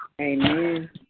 Amen